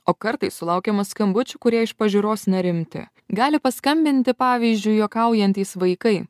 o kartais sulaukiama skambučių kurie iš pažiūros nerimti gali paskambinti pavyzdžiui juokaujantys vaikai